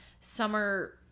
summer